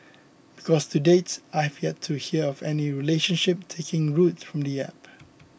because to date I have yet to hear of any relationship taking root from the App